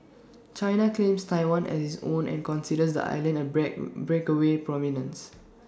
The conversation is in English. China claims Taiwan as its own and considers the island A black breakaway